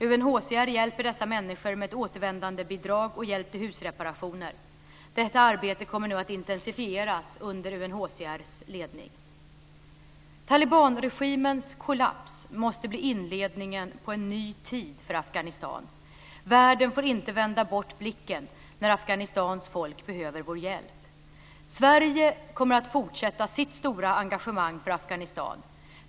UNHCR hjälper dessa människor med ett återvändandebidrag och hjälp till husreparationer. Detta arbete kommer nu att intensifieras under UNHCR:s ledning. Talibanregimens kollaps måste bli inledningen på en ny tid för Afghanistan. Världen får inte vända bort blicken när Afghanistans folk behöver vår hjälp. Sverige kommer att fortsätta sitt stora engagemang för Afghanistan.